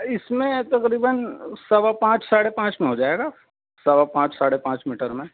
اس میں تقریباً سوا پانچ ساڑھے پانچ میں ہو جائے گا سوا پانچ ساڑھے پانچ میٹر میں